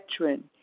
veteran